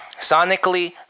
Sonically